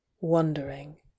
wondering